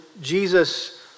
Jesus